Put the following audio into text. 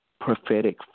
prophetic